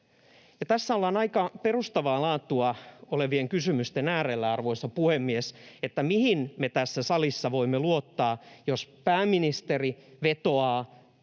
Tässä ollaan aika perustavaa laatua olevien kysymysten äärellä, arvoisa puhemies. Mihin me tässä salissa voimme luottaa, jos pääministeri vetoaa